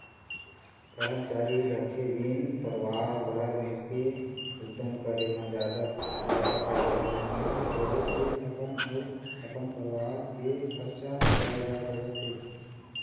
करमचारी राखे बिन परवार भर मिलके उद्यम करे म जादा बड़का फायदा तो नइ होवय फेर अपन अउ अपन परवार के खरचा चलाए जा सकत हे